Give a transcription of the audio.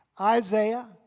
Isaiah